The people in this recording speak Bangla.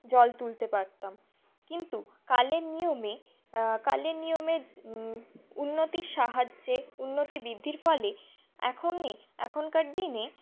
জল তুলতে পারতাম কিন্তু কালের নিয়মে কালের নিয়মে উন্নতির সাহায্যে উন্নতি বৃদ্ধির ফলে এখনই এখনকার দিনে